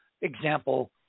example